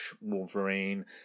Wolverine